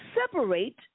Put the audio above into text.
separate